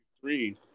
three